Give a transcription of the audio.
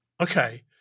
okay